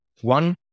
one